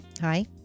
Hi